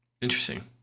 Interesting